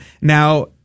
Now